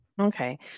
Okay